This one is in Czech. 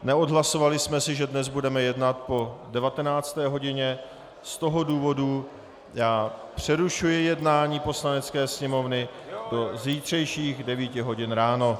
Neodhlasovali jsme si, že dnes budeme jednat po 19. hodině, z toho důvodu přerušuji jednání Poslanecké sněmovny do zítřejších 9 hodin ráno.